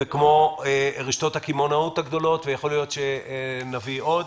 וכמו רשתות הקמעונאות הגדולות ויכול להיות שנביא עוד.